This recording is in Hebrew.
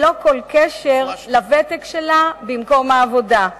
ללא כל קשר לוותק שלה במקום העבודה.